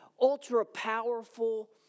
ultra-powerful